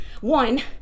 one